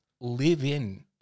live-in